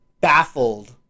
baffled